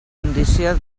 condició